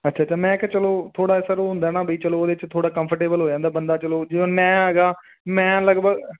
ਅੱਛਾ ਅੱਛਾ ਮੈਂ ਕਿਹਾ ਚਲੋ ਥੋੜ੍ਹਾ ਸਰ ਉਹ ਹੁੰਦਾ ਨਾ ਚਲੋ ਉਹਦੇ 'ਚ ਥੋੜ੍ਹਾ ਕੰਫਰਟੇਬਲ ਹੋ ਜਾਂਦਾ ਬੰਦਾ ਚਲੋ ਜੇ ਹੁਣ ਮੈਂ ਹੈਗਾ ਮੈਂ ਲਗਭਗ